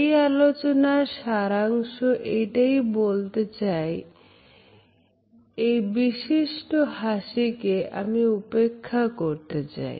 এই আলোচনার সারাংশ এইটাই বলতে চাই এই বিশিষ্ট হাসিকে আমি উপেক্ষা করতে চাই